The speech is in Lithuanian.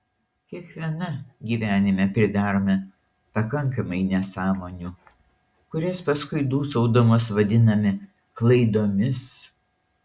kiekviena gyvenime pridarome pakankamai nesąmonių kurias paskui dūsaudamos vadiname klaidomis